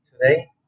Today